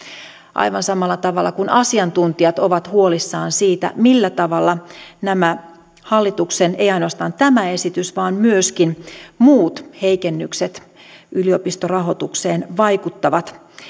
aivan samalla tavalla asiantuntijat ovat huolissaan siitä millä tavalla nämä hallituksen ei ainoastaan tämä esitys vaan myöskin muut heikennykset yliopistorahoitukseen vaikuttavat